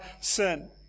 sin